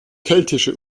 keltische